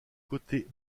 côtés